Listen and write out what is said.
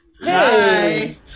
Hi